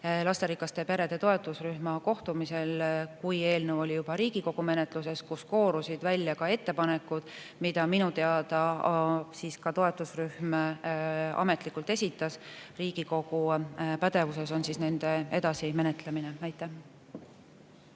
lasterikaste perede toetusrühma kohtumisel, kui eelnõu oli juba Riigikogu menetluses. Siis koorusid välja ettepanekud, mida minu teada toetusrühm ka ametlikult esitas. Riigikogu pädevuses on nende edasimenetlemine. Suur